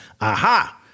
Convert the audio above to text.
aha